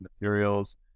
materials